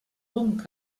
bon